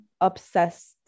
obsessed